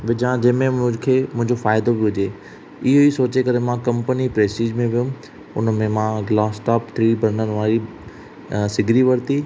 विझां जंहिंमें मूंखे मुंहिंजो फ़ाइदो बि हुजे इहो ई सोचे करे मां कंपनी प्रेस्टीज में वयुमि हुनमें मां ग्लास टॉप थ्री बर्नर वारी सिगरी वरिती